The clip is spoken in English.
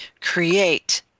create